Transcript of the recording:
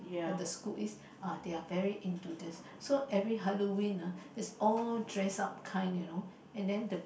the school is uh they're very into this so every Halloween it's all dress up kind you know and then the